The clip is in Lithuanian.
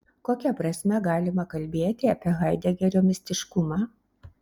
kokia prasme galima kalbėti apie haidegerio mistiškumą